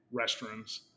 restrooms